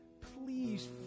Please